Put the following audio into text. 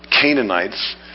Canaanites